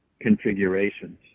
configurations